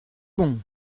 bon